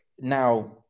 now